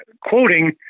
quoting